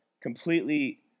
completely